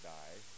die